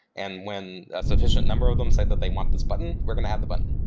and when a suffi cient number of them say that they want this button, we're going to add the button.